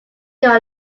your